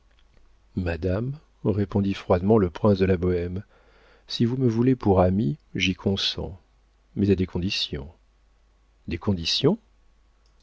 madame répondit froidement le prince de la bohême si vous me voulez pour ami j'y consens mais à des conditions des conditions